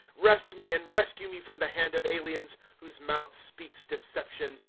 wrest me, and rescue me from the hand of aliens whose mouth speaks deception,